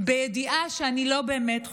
בידיעה שאני לא באמת חוזר,